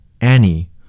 Annie